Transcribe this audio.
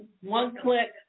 one-click